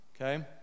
Okay